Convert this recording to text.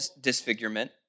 disfigurement